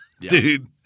Dude